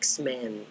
X-Men